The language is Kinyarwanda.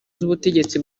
z’ubutegetsi